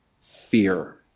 fear